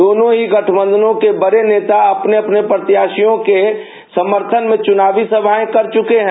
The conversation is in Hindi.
दोनों ही गठबंधनों के बड़े नेता अपने अपने प्रत्याशियों के समर्थन में चुनावी सभाएं कर चुके हैं